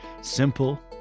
Simple